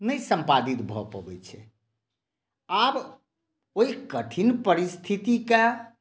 नहि सम्पादित भऽ पबै छै आब ओहि कठिन परिस्थितिकेँ